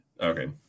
Okay